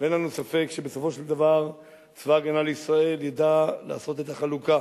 ואין לנו ספק שבסופו של דבר צבא-הגנה לישראל ידע לעשות את החלוקה